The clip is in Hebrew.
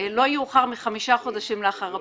לא יאוחר מחמישה חודשים לאחר הבחירות.